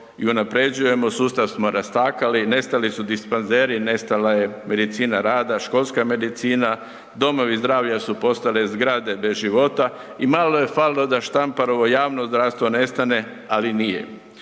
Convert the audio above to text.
i unapređujemo, sustav smo rastakali, nestali su dispanzeri, nestala je medicina rada, školska medicina, domovi zdravlja su postale zgrade bez života i malo je falilo da Štamparovo javno zdravstvo nestane, ali nije.